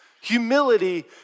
Humility